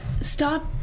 Stop